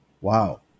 Wow